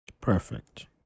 Perfect